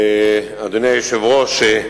אדוני היושב-ראש,